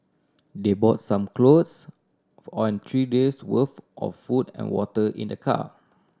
they brought some clothes and three days' worth of food and water in their car